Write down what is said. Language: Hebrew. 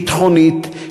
ביטחונית,